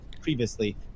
previously